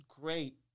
great